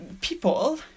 people